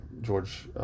george